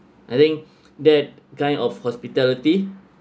I think that kind of hospitality